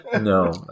no